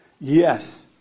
Yes